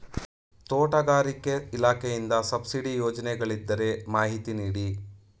ತೋಟಗಾರಿಕೆ ಇಲಾಖೆಯಿಂದ ಸಬ್ಸಿಡಿ ಯೋಜನೆಗಳಿದ್ದರೆ ಮಾಹಿತಿ ನೀಡಿ?